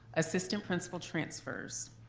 assistant principal transfers.